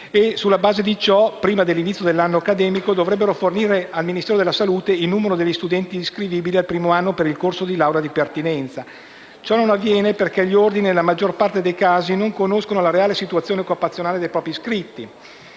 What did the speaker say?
Sulla base di ciò, prima dell'inizio dell'anno accademico, dovrebbero fornire al Ministero della salute il numero degli studenti iscrivibili al primo anno del corso di laurea di pertinenza. Ciò non avviene, però, perché gli Ordini nella maggior parte dei casi non conoscono la reale situazione occupazionale dei propri iscritti.